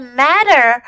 matter